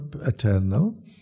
eternal